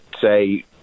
say